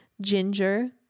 ginger